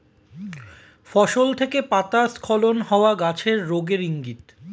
ফসল থেকে পাতা স্খলন হওয়া গাছের রোগের ইংগিত